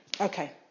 Okay